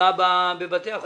תפגע בבתי החולים.